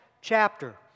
chapter